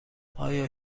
آیا